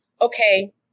okay